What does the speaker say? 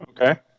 Okay